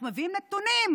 אנחנו מביאים נתונים,